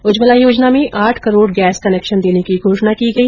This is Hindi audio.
उज्ज्वला योजना में आठ करोड़ गैस कनेक्शन देने की घोषणा की गई